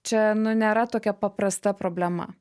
čia nu nėra tokia paprasta problema